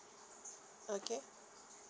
okay